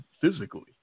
physically